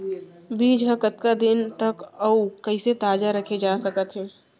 बीज ह कतका दिन तक अऊ कइसे ताजा रखे जाथे सकत हे?